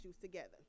together